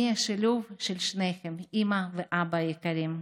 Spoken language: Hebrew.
אני השילוב של שניכם, אימא ואבא יקרים.